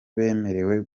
bemerewe